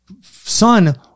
Son